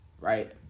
Right